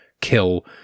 kill